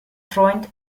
freund